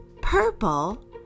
purple